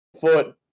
foot